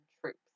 troops